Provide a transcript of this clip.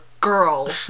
girl